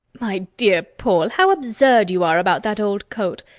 my dear paul, how absurd you are about that old coat!